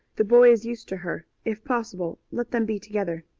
the boy is used to her. if possible let them be together.